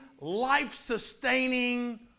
life-sustaining